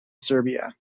serbia